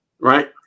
right